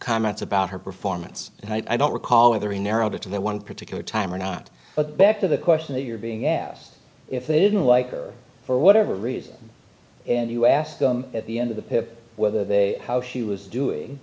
comments about her performance and i don't recall whether he narrowed it to that one particular time or not but back to the question of your being asked if they didn't like or for whatever reason and you asked them at the end of the pip whether they how he was doing